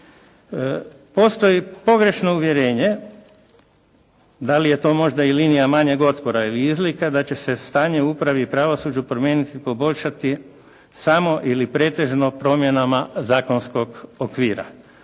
Postoji pogrešno uvjerenje, da li je to možda i linija manjeg otpora ili izlika da će se stanje u upravi i pravosuđu promijeniti, poboljšati samo ili pretežno promjenama zakonskog okvira.